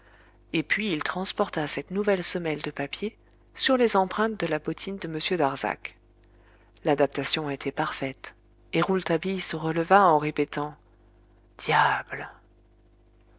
et puis il transporta cette nouvelle semelle de papier sur les empreintes de la bottine de m darzac l'adaptation était parfaite et rouletabille se releva en répétant diable